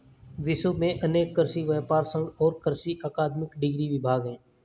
विश्व में अनेक कृषि व्यापर संघ और कृषि अकादमिक डिग्री विभाग है